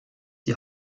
die